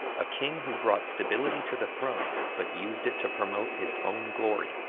a king who brought stability to the throne, but used it to promote his own glory,